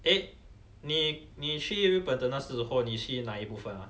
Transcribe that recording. eh 你你去日本的那时候你去哪一部分啊